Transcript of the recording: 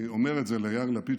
אני אומר את זה ליאיר לפיד,